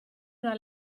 una